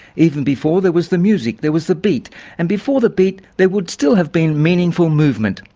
even before there was the music there was the beat and before the beat there would still have been meaningful movement.